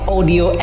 Audio